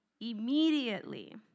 Immediately